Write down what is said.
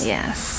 Yes